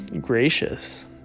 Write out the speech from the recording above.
gracious